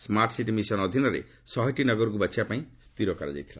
ସ୍କାଟ୍ସିଟି mission ଅଧୀନରେ ଶହେଟି ନଗରକୁ ବାଛିବା ପାଇଁ ସ୍ଥିର କରାଯାଇଥିଲା